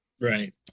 right